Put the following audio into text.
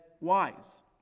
wise